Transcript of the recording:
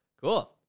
Cool